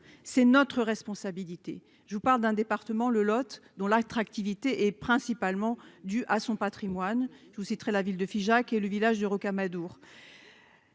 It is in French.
c'est notre responsabilité, je vous parle d'un département, le Lot, dont l'attractivité est principalement due à son Patrimoine je vous citerai la ville de Figeac et le village de Rocamadour,